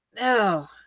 no